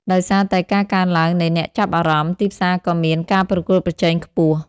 ដោយសារតែការកើនឡើងនៃអ្នកចាប់អារម្មណ៍ ទីផ្សារក៏មាន ការប្រកួតប្រជែងខ្ពស់។